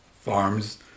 farms